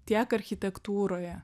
tiek architektūroje